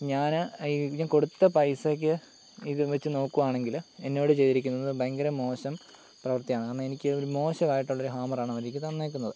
ഞാൻ ഇതിന് കൊടുത്ത പൈസക്ക് ഇതും വെച്ച് നോക്കുക ആണെങ്കിൽ എന്നോട് ചെയ്തിരിക്കുന്നത് ഭയങ്കര മോശം പ്രവൃത്തിയാണ് കാരണം എനിക്ക് ഒരു മോശമായിട്ടുള്ള ഒരു ഹാമറാണ് അവരെനിക്ക് തന്നേക്കുന്നത്